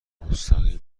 مستقیم